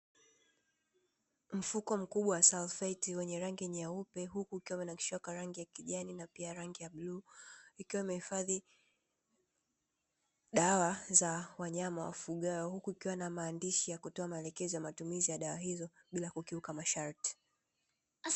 Mfuko mkubwa wa salfeti wenye rangi nyeupe huku ukiwa umenakshiwa kwa rangi ya kijani na pia rangi ya bluu, ukiwa umehifadhi dawa za wanyama wafugwao huku ukiwa na maandishi ya kutoa maelekezo ya matumizi ya dawa hizo bila kukiuka masharti.